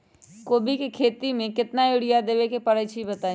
कोबी के खेती मे केतना यूरिया देबे परईछी बताई?